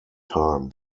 time